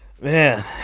man